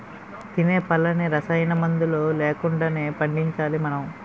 తినే పళ్ళన్నీ రసాయనమందులు లేకుండానే పండించాలి మనం